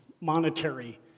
monetary